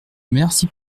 merci